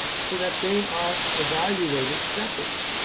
so that they are evaluated separately.